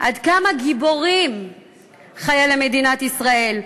עד כמה גיבורים חיילי מדינת ישראל,